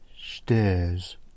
stairs